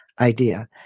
idea